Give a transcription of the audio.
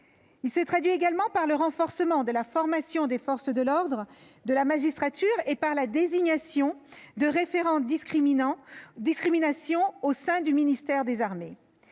Il se traduit par le renforcement de la formation tant des forces de l'ordre que de la magistrature, par la désignation de référents discriminations au sein du ministère des armées,